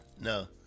No